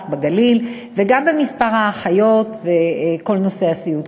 בגליל וגם במספר האחיות ובכל נושא הסיעוד.